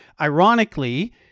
ironically